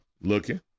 looking